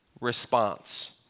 response